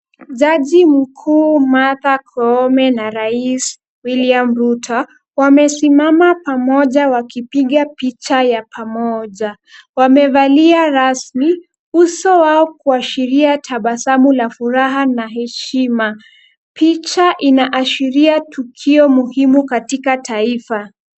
Jaji mkuu Martha Koome na rais William Ruto wamesimama pamoja wakipiga picha ya pamoja. Wamevalia rasmi, uso wao kuashiria tabasamu la furaha na heshima. Picha inaashiria tukio muhimu katika taifa.